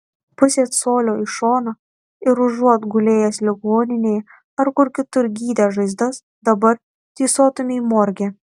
pusė colio į šoną ir užuot gulėjęs ligoninėje ar kur kitur gydęs žaizdas dabar tysotumei morge